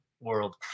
world